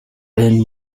been